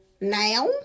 Now